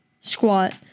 squat